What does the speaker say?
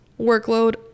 workload